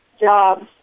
jobs